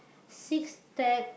six stack